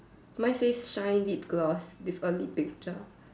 mine says shine deep gloss this uh lip picture